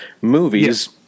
movies